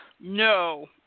No